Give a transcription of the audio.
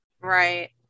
Right